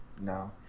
No